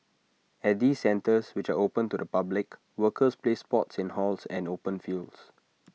at these centres which are open to the public workers play sports in halls and open fields